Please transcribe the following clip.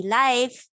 life